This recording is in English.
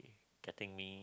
getting me